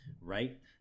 right